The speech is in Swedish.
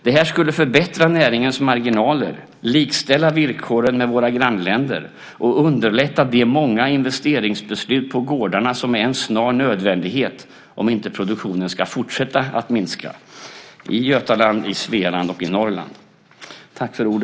Det här skulle förbättra näringens marginaler, likställa villkoren med våra grannländer och underlätta de många investeringsbeslut på gårdarna som är en snar nödvändighet om inte produktionen ska fortsätta att minska i Götaland, i Svealand och i Norrland.